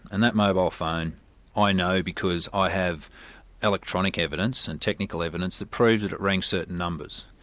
and that mobile phone i know, because i have electronic evidence, and technical evidence that proves that it rang certain numbers,